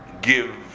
give